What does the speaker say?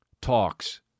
talks